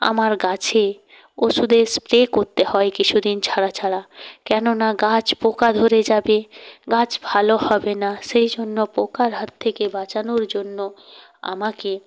আমার গাছে ওষুধের স্প্রে করতে হয় কিছু দিন ছাড়া ছাড়া কেননা গাছ পোকা ধরে যাবে গাছ ভালো হবে না সেই জন্য পোকার হাত থেকে বাঁচানোর জন্য আমাকে